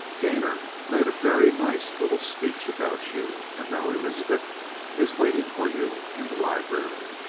gainor made a very nice little speech about you. and now elizabeth is waiting for you in the library.